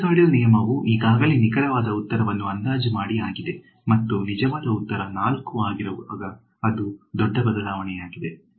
trapezoidal ನಿಯಮವು ಈಗಾಗಲೇ ನಿಖರವಾದ ಉತ್ತರವನ್ನು ಅಂದಾಜು ಮಾಡಿ ಆಗಿದೆ ಮತ್ತು ನಿಜವಾದ ಉತ್ತರ 4 ಆಗಿರುವಾಗ ಅದು ದೊಡ್ಡ ಬದಲಾವಣೆಯಾಗಿದೆ